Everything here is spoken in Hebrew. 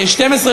זה שר בממשלה.